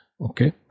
okay